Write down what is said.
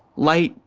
light,